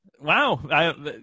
wow